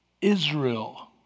Israel